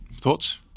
Thoughts